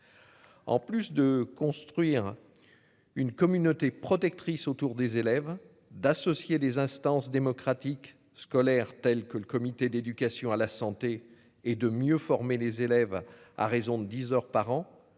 En plus de construire. Une communauté protectrice autour des élèves d'associer des instances démocratiques scolaire telles que le comité d'éducation à la santé et de mieux former les élèves à raison de 10h par an